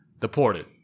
deported